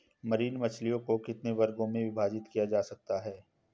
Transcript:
Marine मछलियों को कितने वर्गों में विभाजित किया जा सकता है?